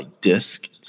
disc